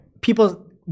people